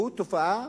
הוא תופעה